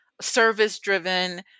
service-driven